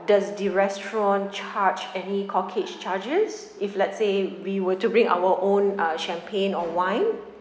does the restaurant charge any corkage charges if let's say we were to bring our own uh champagne or wine